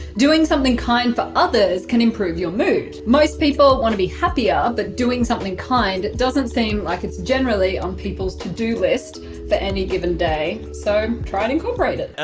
doing something kind for others can improve your mood. most people want to be happier but doing something kind doesn't seem like it's generally on people's to-do list for any given day. so try and incorporate it!